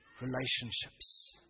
relationships